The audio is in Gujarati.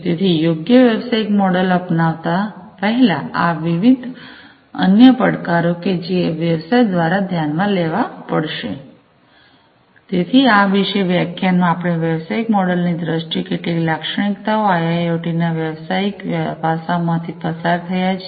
તેથી યોગ્ય વ્યવસાયિક મોડેલ અપનાવતા પહેલાં વિવિધ અન્ય પડકારો કે જે વ્યવસાય દ્વારા ધ્યાનમાં લેવા પડશે તેથી આ વિશેષ વ્યાખ્યાનમાં આપણે વ્યવસાયિક મોડલોની દ્રષ્ટિએ કેટલીક લાક્ષણિકતાઓ આઇઆઇઓટીના વ્યવસાયિક પાસાંઓમાંથી પસાર થયા છીએ